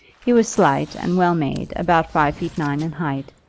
he was slight and well made, about five feet nine in height,